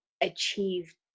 achieved